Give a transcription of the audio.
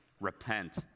Repent